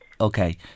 Okay